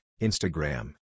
Instagram